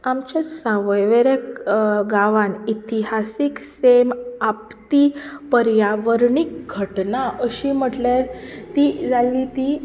आमच्या सावयवेरें गांवांत इतिहासीक सैम आपत्ती पर्यावरणीक घटना अशी म्हणल्यार ती जाल्ली ती